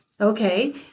Okay